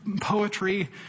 poetry